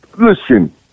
listen